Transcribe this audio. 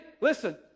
Listen